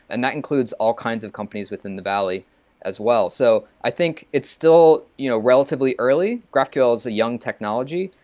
and that includes all kinds of companies within the valley as well. so i think it's still you know relatively early. graphql is young technology,